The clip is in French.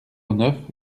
neuf